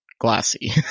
glassy